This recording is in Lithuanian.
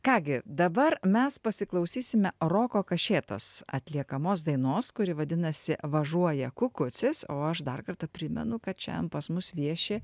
ką gi dabar mes pasiklausysime roko kašėtos atliekamos dainos kuri vadinasi važuoja kukucis o aš dar kartą primenu kad šiandien pas mus vieši